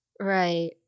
Right